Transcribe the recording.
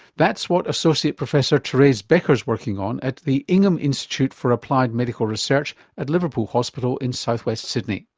that's what associate professor therese becker's working on at the ingham institute for applied medical research at liverpool hospital in south-west sydney.